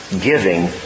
giving